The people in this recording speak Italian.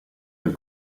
del